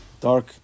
dark